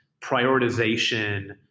prioritization